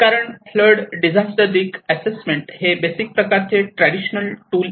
कारण flood disaster risk assessment हे basic प्रकारचे ट्रॅडिशनल टूल आहे